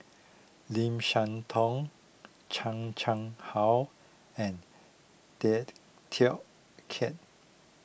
Lim Siah Tong Chan Chang How and Tay Teow Kiat